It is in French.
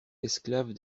esclaves